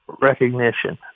recognition